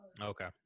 okay